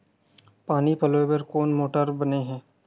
पानी पलोय बर कोन मोटर बने हे?